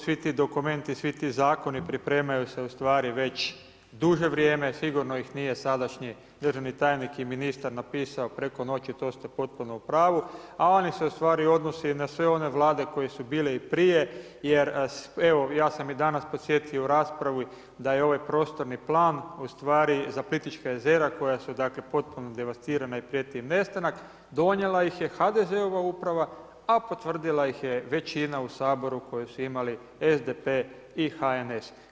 Svi ti dokumenti, svi ti zakoni pripremaju se već duže vrijeme, sigurno ih nije sadašnji državni tajnik i ministar napisao preko noći, to ste potpuno upravu, a one se odnose i na sve one vlade koje su bile i prije jer evo ja sam i danas podsjetio u raspravi da je ovaj prostorni plan za Plitvička jezera koja su potpuno devastirana i prijeti im nestanak, donijela iz je HDZ-ova uprava, a potvrdila ih je većina u Saboru koju su imali SDP i HNS.